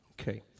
Okay